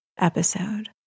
Episode